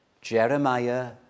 Jeremiah